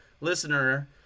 listener